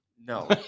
No